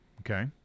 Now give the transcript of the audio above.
Okay